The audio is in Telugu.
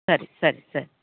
సరే సరే సరే